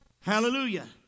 Hallelujah